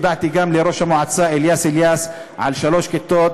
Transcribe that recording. הודעתי גם לראש המועצה אליאס אליאס על שלוש כיתות,